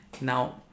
now